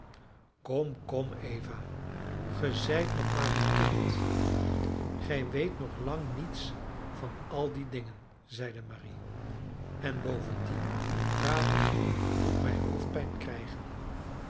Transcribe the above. kom kom eva ge zijt nog maar een kind gij weet nog lang niets van al die dingen zeide marie en bovendien uw praten doet mij hoofdpijn krijgen